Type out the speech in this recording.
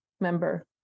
member